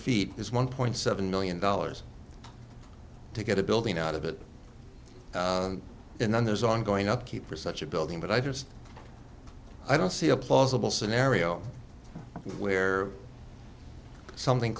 feet is one point seven million dollars to get a building out of it and then there's ongoing upkeep for such a building but i just i don't see a plausible scenario where something